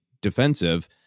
defensive